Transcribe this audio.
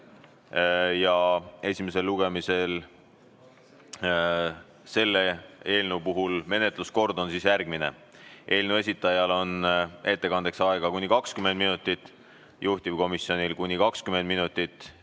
Esimesel lugemisel selle eelnõu menetlemise kord on järgmine. Eelnõu esitajal on ettekandeks aega kuni 20 minutit, juhtivkomisjonil kuni 20 minutit.